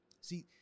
See